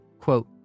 quote